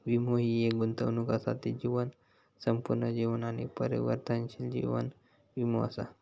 वीमो हि एक गुंतवणूक असा ती जीवन, संपूर्ण जीवन आणि परिवर्तनशील जीवन वीमो असा